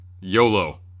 Yolo